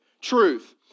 truth